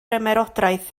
ymerodraeth